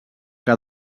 que